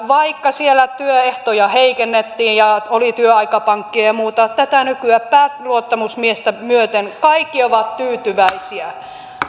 vaikka siellä työehtoja heikennettiin ja oli työaikapankkeja ja muuta tätä nykyä pääluottamusmiestä myöten kaikki ovat tyytyväisiä